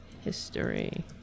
history